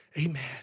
amen